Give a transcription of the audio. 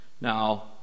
now